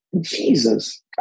Jesus